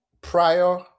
prior